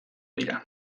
dira